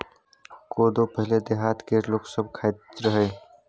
कोदो पहिले देहात केर लोक सब खाइत रहय